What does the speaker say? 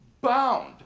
bound